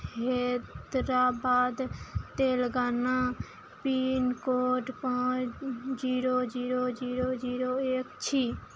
Hyderabad Telangana pin code पाँच zero zero zero zero एक छी